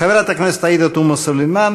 חברת הכנסת עאידה תומא סלימאן,